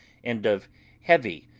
and of heavy,